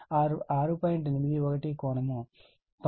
2o 6